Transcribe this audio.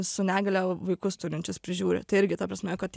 su negalia vaikus turinčius prižiūri tai irgi ta prasme kad